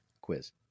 quiz